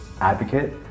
advocate